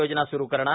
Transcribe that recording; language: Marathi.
योजना सरु करणार